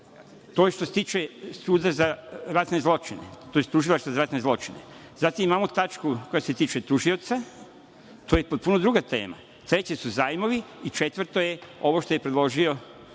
To je što se tiče Tužilaštva za ratne zločine. Zatim, imamo tačku koja se tiče tužioca, to je potpuno druga tema, treće su zajmovi i četvrta je, ovo što je predložio